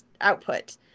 output